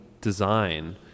design